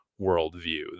worldview